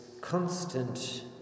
constant